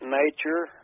nature